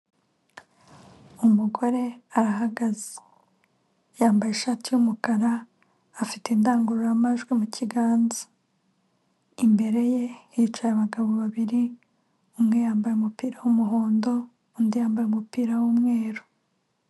Umugore arahagaze yambaye ishati y'umukara afite indangururamajwi mukiganza, imbere ye hicaye abagabo babiri umwe yambaye umupira w'umuhondo, undi yambaye umupira w'umweru.